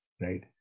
right